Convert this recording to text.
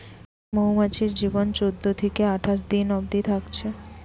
মৌমাছির জীবন চোদ্দ থিকে আঠাশ দিন অবদি থাকছে